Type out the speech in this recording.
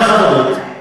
אישה חד-הורית,